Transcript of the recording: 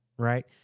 right